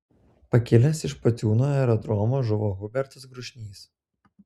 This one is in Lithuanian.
pakilęs iš pociūnų aerodromo žuvo hubertas grušnys